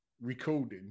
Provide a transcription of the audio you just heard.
recording